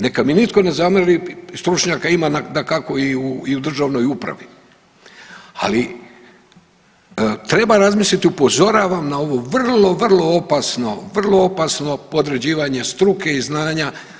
Neka mi nitko ne zamjeri stručnjaka ima dakako i u državnoj upravi, ali treba razmisliti, upozoravam na ovo vrlo vrlo opasno, vrlo opasno podređivanje struke i znanja.